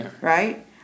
right